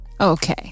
Okay